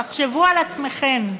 תחשבו על עצמכם,